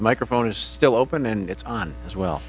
microphone is still open and it's on as well